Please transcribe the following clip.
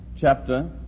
chapter